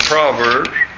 Proverbs